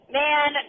man